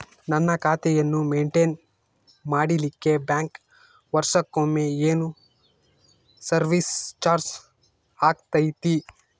ನನ್ನ ಖಾತೆಯನ್ನು ಮೆಂಟೇನ್ ಮಾಡಿಲಿಕ್ಕೆ ಬ್ಯಾಂಕ್ ವರ್ಷಕೊಮ್ಮೆ ಏನು ಸರ್ವೇಸ್ ಚಾರ್ಜು ಹಾಕತೈತಿ?